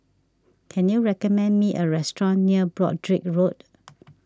can you recommend me a restaurant near Broadrick Road